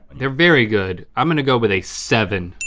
they're very good. i'm gonna go with a seven.